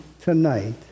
tonight